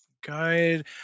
guide